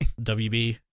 WB